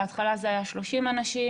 בהתחלה זה היה 30 אנשים,